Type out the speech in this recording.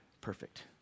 perfect